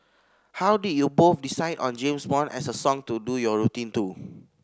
how did you both decide on James Bond as a song to do your routine to